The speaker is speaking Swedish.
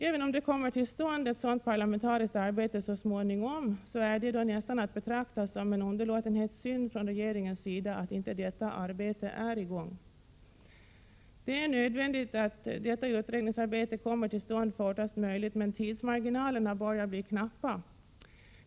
Även om ett sådant parlamentariskt arbete så småningom kommer till stånd är det nästan att betrakta som en underlåtenhetssynd av regeringen att inte detta arbete är i gång. Det är nödvändigt att detta utredningsarbete kommer till stånd fortast möjligt, men tidsmarginalerna börjar bli knappa.